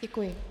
Děkuji.